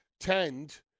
tend